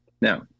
Now